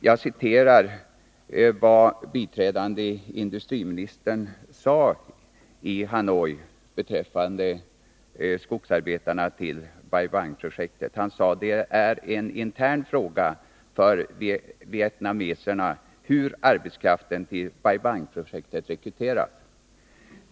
Jag återger vad biträdande industriministern sade i Hanoi beträffande rekryteringen av skogsarbetare till Bai Bang-projektet: Det är en intern fråga för vietnameserna hur arbetskraften till Bai Bang-projektet rekryteras.